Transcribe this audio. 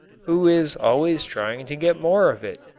who is always trying to get more of it.